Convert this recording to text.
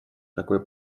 такой